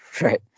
Right